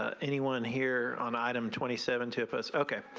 ah anyone here on item twenty seven two of us okay.